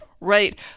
Right